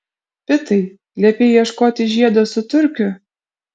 pitai liepei ieškoti žiedo su turkiu